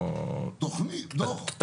המסלול הקיים היום,